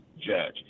judge